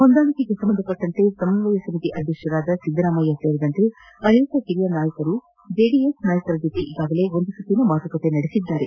ಹೊಂದಾಣಿಕೆಗೆ ಸಂಬಂಧಪಟ್ಟಂತೆ ಸಮನ್ವಯ ಸಮಿತಿ ಅಧ್ಯಕ್ಷರಾದ ಸಿದ್ದರಾಮಯ್ಯ ಸೇರಿದಂತೆ ಅನೇಕ ಹಿರಿಯ ನಾಯಕರು ಜೆಡಿಎಸ್ ನಾಯಕರ ಜೊತೆ ಈಗಾಗಲೇ ಒಂದು ಸುತ್ತಿನ ಮಾತುಕತೆ ನಡೆಸಿದ್ದಾರೆ